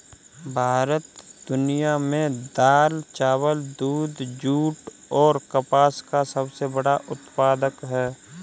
भारत दुनिया में दाल, चावल, दूध, जूट और कपास का सबसे बड़ा उत्पादक है